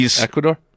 Ecuador